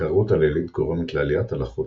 ההתקררות הלילית גורמת לעליית הלחות